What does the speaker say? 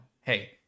Hey